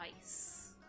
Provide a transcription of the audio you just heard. ice